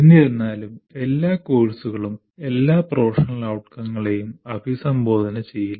എന്നിരുന്നാലും എല്ലാ കോഴ്സുകളും എല്ലാ പ്രൊഫഷണൽ ഔട്ട്കമുകളെയും അഭിസംബോധന ചെയ്യില്ല